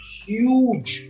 huge